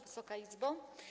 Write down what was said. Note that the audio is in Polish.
Wysoka Izbo!